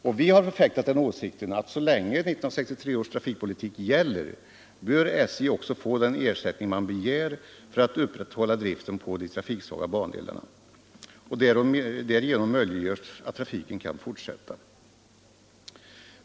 Och vi har förfäktat den åsikten att så länge 1963 års trafikpolitik gäller bör SJ också få den ersättning man begär för att upprätthålla driften på de trafiksvaga bandelarna. Därigenom möjliggörs att trafiken kan fortsätta.